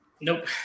Nope